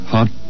Hot